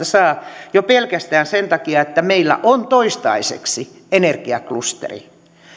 saa jo pelkästään sen takia että meillä on toistaiseksi energiaklusteri